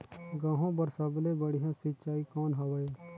गहूं बर सबले बढ़िया सिंचाई कौन हवय?